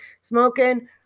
smoking